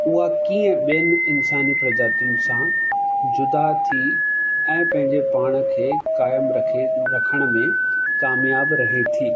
उहा कीअं ॿियनि इंसानी प्रजातियुनि सां जुदा थी ऐं पंहिंजे पाण खे क़ाइमु रखे रखण में कामयाब रहे थी